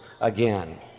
again